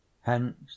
Hence